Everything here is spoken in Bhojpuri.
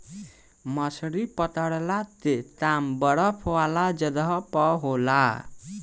मछली पकड़ला के काम बरफ वाला जगह पर होला